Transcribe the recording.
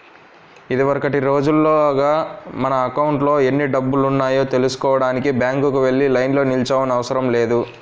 ఇదివరకటి రోజుల్లాగా మన అకౌంట్లో ఎన్ని డబ్బులున్నాయో తెల్సుకోడానికి బ్యాంకుకి వెళ్లి లైన్లో నిల్చోనవసరం లేదు